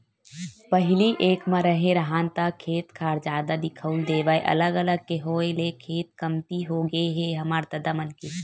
पहिली एक म रेहे राहन ता खेत खार जादा दिखउल देवय अलग अलग के होय ले खेत कमती होगे हे हमर ददा मन के